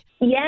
Yes